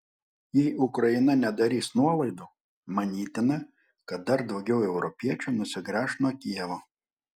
jei ukraina nedarys nuolaidų manytina kad dar daugiau europiečių nusigręš nuo kijevo